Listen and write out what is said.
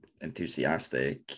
Enthusiastic